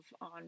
on